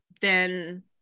then-